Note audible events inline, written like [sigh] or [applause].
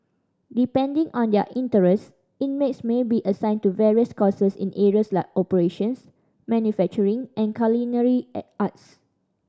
depending on their interests inmates may be assigned to various courses in areas like operations manufacturing and culinary [unintelligible] arts